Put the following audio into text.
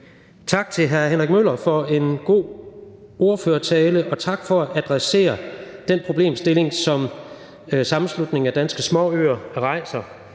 Tak til hr. Henrik Møller for en god ordførertale, og tak for at adressere den problemstilling, som sammenslutningen af danske småøer rejser,